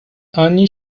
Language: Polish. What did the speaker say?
ani